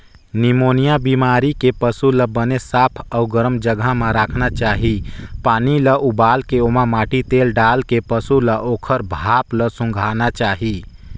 pneumonia बेमारी के पसू ल बने साफ अउ गरम जघा म राखना चाही, पानी ल उबालके ओमा माटी तेल डालके पसू ल ओखर भाप ल सूंधाना चाही